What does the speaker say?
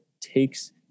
takes